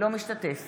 אינו משתתף